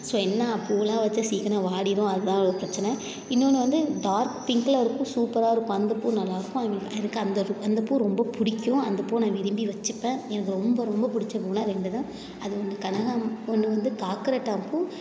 so என்ன பூவுலாம் வெச்சா சீக்கிரம் வாடிடும் அதுதான் ஒரு பிரச்சனை இன்னொன்று வந்து டார்க் பிங்க்கில் இருக்கும் சூப்பராக இருக்கும் அந்த பூ நல்லா இருக்கும் ஐ மீன் எனக்கு அந்த அந்த ஒரு பூ ரொம்ப பிடிக்கும் அந்த பூவை நான் விரும்பி வெச்சிப்பேன் எனக்கு ரொம்ப ரொம்ப பிடிச்சப் பூவுன்னா ரெண்டு தான் அது வந்து கனகாம்மரம் ஒன்று வந்து காக்கரட்டான் பூ